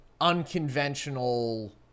unconventional